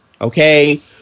Okay